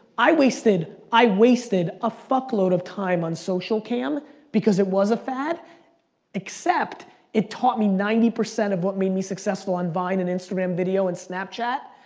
i wasted, i wasted a fuckload of time on socialcam because it was a fad except it taught me ninety percent of what made me successful on vine and instagram video and snapchat,